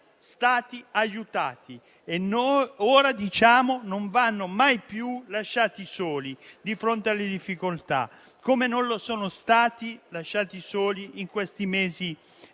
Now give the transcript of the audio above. ora diciamo che non vanno mai più lasciati soli di fronte alle difficoltà, come non sono stati lasciati soli in questi mesi